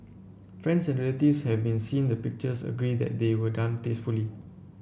friends and relatives have seen the pictures agree that they were done tastefully